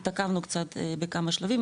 התעכבנו קצת בכמה שלבים,